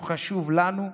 הוא חשוב לנו,